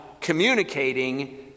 communicating